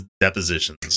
depositions